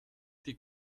die